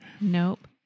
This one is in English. Nope